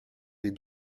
des